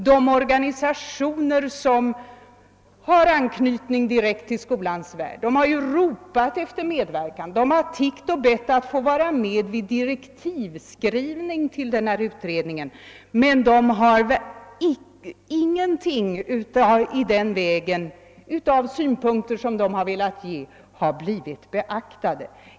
De organisationer som har anknytning direkt till skolans värld har ju ropat efter att få medverka. De har tiggt och bett att få vara med vid direktivskrivningen för denna utredning, men inga av deras synpunkter i det stycket har blivit beaktade.